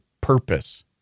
purpose